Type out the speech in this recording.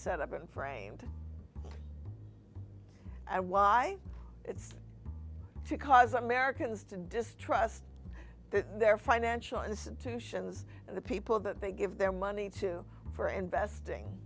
set up and framed and why it's because americans to distrust that their financial institutions and the people that they give their money to for investing